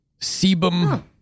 Sebum